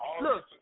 look